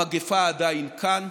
המגפה עדיין כאן,